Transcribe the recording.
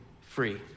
free